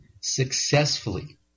successfully